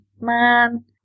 Man